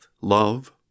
love